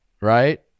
right